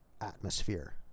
atmosphere